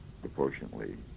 proportionately